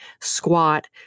squat